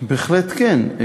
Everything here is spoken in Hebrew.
בהחלט כן.